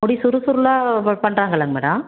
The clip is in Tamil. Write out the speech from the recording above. முடி சுருள் சுருளாக ஒரு மாதிரி பண்ணறாங்கல்லங்க மேடம்